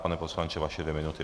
Pane poslanče, vaše dvě minuty.